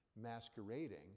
masquerading